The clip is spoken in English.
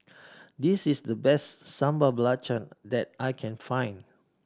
this is the best Sambal Belacan that I can find